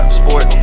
sport